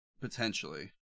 potentially